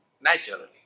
naturally